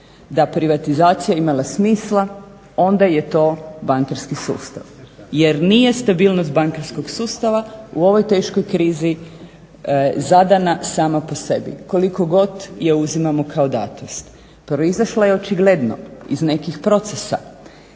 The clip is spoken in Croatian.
da privatizacija imala smisla onda je to bankarski sustav. Jer nije stabilnost bankarskog sustava u ovoj teškoj krizi zadana sama po sebi, koliko god je uzimamo kao datost. Proizašla je očigledno iz nekih procesa